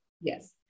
Yes